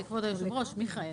כבוד היושב-ראש מיכאל.